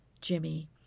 Jimmy